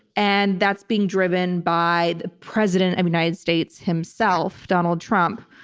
and that's being driven by the president of united states himself, donald trump.